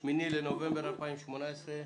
8 בנובמבר 2018,